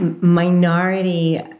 minority